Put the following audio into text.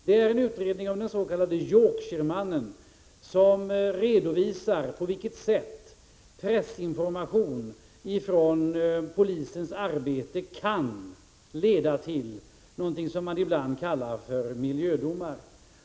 Utredningen handlar om den s.k. Yorkshire-mannen och där redovisas på vilket sätt pressinformation om polisens arbete kan leda till, som det ibland heter, miljödomar.